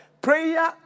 Prayer